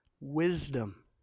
Wisdom